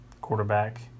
quarterback